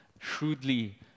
shrewdly